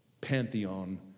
pantheon